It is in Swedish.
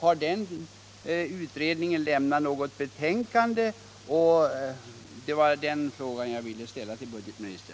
Har den utredningen lämnat något betänkande?